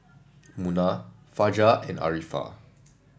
Munah Fajar and Arifa